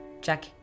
Jack